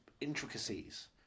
intricacies